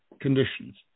conditions